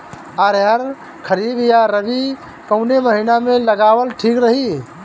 अरहर खरीफ या रबी कवने महीना में लगावल ठीक रही?